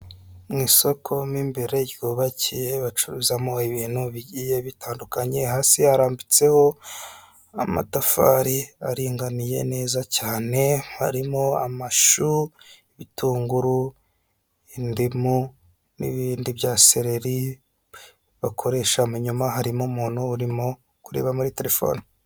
Mwisoko m’ imbere yubakiye bacuruzamo ibintu bigiye bitandukanye hasi hambitseho amatafari aringaniye neza cyane harimo amashu itunguru indimu n'ibindi bya seleri bakoresha muyama harimo umuntu urimo kureba muri telefoni.